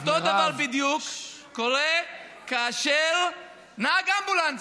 אותו דבר בדיוק קורה כאשר נהג אמבולנס,